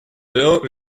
però